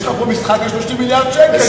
יש לך פה משחק עם 30 מיליארד שקל,